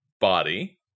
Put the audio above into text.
body